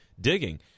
digging